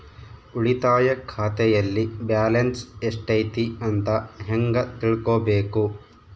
ಉಳಿತಾಯ ಖಾತೆಯಲ್ಲಿ ಬ್ಯಾಲೆನ್ಸ್ ಎಷ್ಟೈತಿ ಅಂತ ಹೆಂಗ ತಿಳ್ಕೊಬೇಕು?